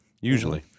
usually